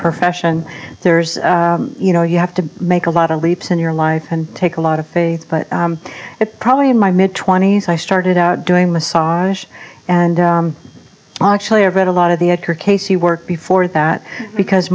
profession there's you know you have to make a lot of leaps in your life and take a lot of faith but it probably in my mid twenty's i started out doing massage and actually i read a lot of the edgar casey work before that because